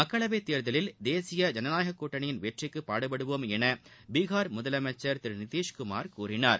மக்களவைத்தேர்தலில் தேசிய ஜனநாயக கூட்டணியின் வெற்றிக்கு பாடுபடுவோம் என பீஹார் முதலமைச்சர் திரு நிதிஷ்குமார் கூறினார்